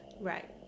Right